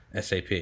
SAP